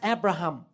Abraham